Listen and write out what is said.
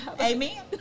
Amen